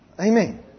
Amen